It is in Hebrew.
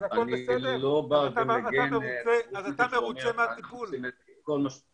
כל אלה דברים שנעשים